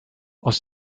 aus